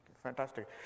Fantastic